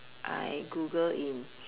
I google in